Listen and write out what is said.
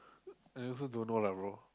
I also don't know lah bro